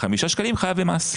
חמשת השקלים חייבים במס.